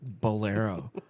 Bolero